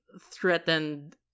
threatened